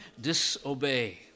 disobey